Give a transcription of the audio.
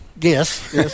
yes